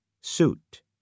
Suit